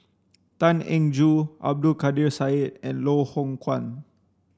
Tan Eng Joo Abdul Kadir Syed and Loh Hoong Kwan